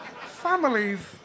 families